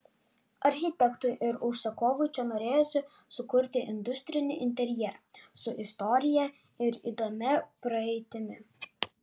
architektui ir užsakovui čia norėjosi sukurti industrinį interjerą su istorija ir įdomia praeitimi